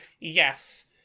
Yes